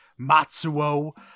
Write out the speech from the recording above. Matsuo